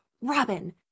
Robin